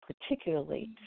particularly